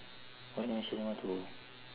what animation you want to